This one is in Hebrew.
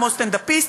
כמו סטנדאפיסט,